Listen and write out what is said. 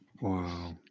Wow